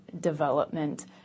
development